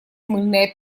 мыльная